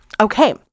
Okay